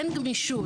אין גמישות,